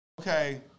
Okay